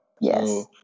Yes